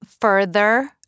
further